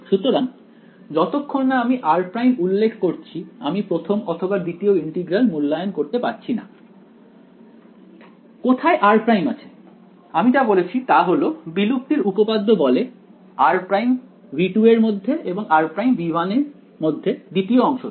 সুতরাং যতক্ষণ না আমি r' উল্লেখ করছি আমি প্রথম অথবা দ্বিতীয় ইন্টিগ্রাল মূল্যায়ন করতে পারছিনা কোথায় r প্রাইম আছে আমি যা বলেছি তা হলো বিলুপ্তির উপপাদ্য বলে r′ ∈ V2 এবং r′ ∈ V1 দ্বিতীয় অংশতে